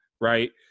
right